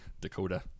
Dakota